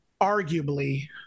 arguably